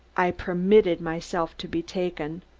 i permitted myself to be taken.